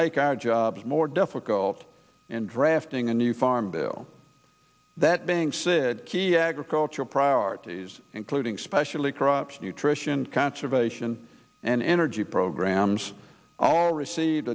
make our job more difficult in drafting a new farm bill that being said key agricultural priorities including specially corruption nutrition conservation and energy programs all receive